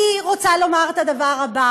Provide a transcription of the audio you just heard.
אני רוצה לומר את הדבר הזה: